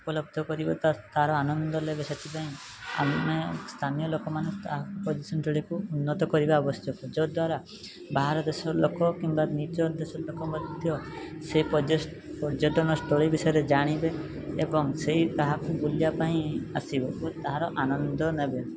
ଉପଲବ୍ଧ କରିବେ ତା ତା'ର ଆନନ୍ଦ ନେବେ ସେଥିପାଇଁ ଆମେ ସ୍ଥାନୀୟ ଲୋକମାନେ ତାହା ଉନ୍ନତ କରିବା ଆବଶ୍ୟକ ଯଦ୍ଵାରା ବାହାର ଦେଶର ଲୋକ କିମ୍ବା ନିଜ ଦେଶର ଲୋକ ମଧ୍ୟ ସେ ପ୍ରଯ୍ୟଟନ ସ୍ଥଳୀ ବିଷୟରେ ଜାଣିବେ ଏବଂ ସେଇ ତାହାକୁ ବୁଲିବା ପାଇଁ ଆସିବେ ଓ ତାର ଆନନ୍ଦ ନେବେ